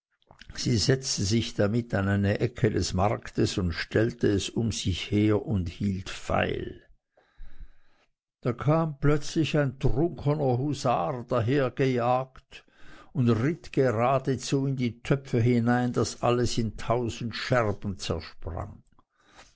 sie setzte sich damit an eine ecke des marktes und stellte es um sich her und hielt feil da kam plötzlich ein trunkener husar dahergejagt und ritt geradezu in die töpfe hinein daß alles in tausend scherben zersprang